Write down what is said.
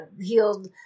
healed